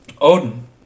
Odin